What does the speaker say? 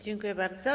Dziękuję bardzo.